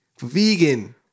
Vegan